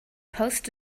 post